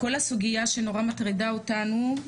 של כל הסוגייה שמאוד מטרידה אותנו,